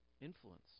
influence